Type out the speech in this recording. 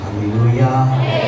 Hallelujah